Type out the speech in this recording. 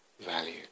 value